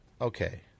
Okay